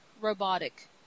robotic